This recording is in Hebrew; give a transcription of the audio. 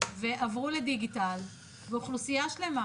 ועברו לדיגיטל, ואוכלוסייה שלמה